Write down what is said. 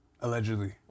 allegedly